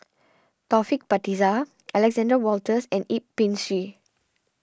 Taufik Batisah Alexander Wolters and Yip Pin Xiu